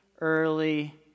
early